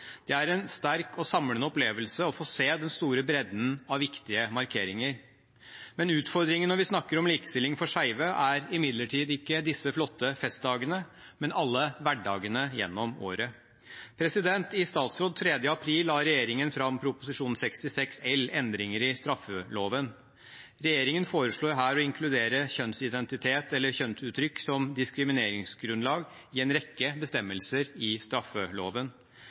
Det er en sterk og samlende opplevelse å få se den store bredden av viktige markeringer. Utfordringen når vi snakker om likestilling for skeive, er imidlertid ikke disse flotte festdagene, men alle hverdagene gjennom året. I statsråd 3. april la regjeringen fram Prop. 66 L, endringer i straffeloven. Regjeringen foreslår her å inkludere «kjønnsidentitet eller kjønnsuttrykk» som diskrimineringsgrunnlag i en rekke bestemmelser i straffeloven.